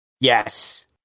Yes